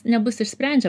nebus išsprendžia